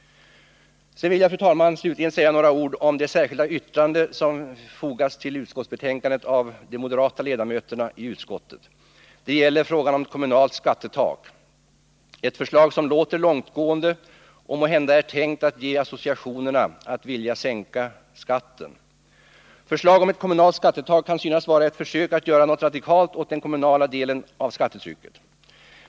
Slutligen några ord om det särskilda yttrandet från de moderata ledamöterna. Det gäller frågan om ett kommunalt skattetak, ett förslag som kan verka långtgående och måhända är tänkt att ge associationer om att man vill sänka skatten. Förslag om kommunalt skattetak kan synas vara ett försök att göra något radikalt åt den kommunala delen av skattetrycket.